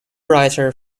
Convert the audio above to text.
writer